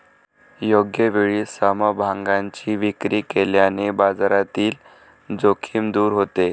योग्य वेळी समभागांची विक्री केल्याने बाजारातील जोखीम दूर होते